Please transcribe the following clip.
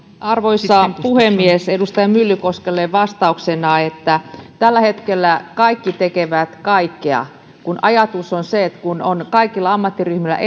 arvoisa puhemies edustaja myllykoskelle vastauksena että tällä hetkellä kaikki tekevät kaikkea kun ajatus on se että kun kaikilla ammattiryhmillä